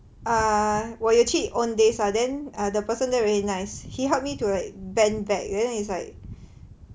err 我也去 Owndays ah then the person there very nice he help me to like bend back then it's like